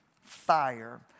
fire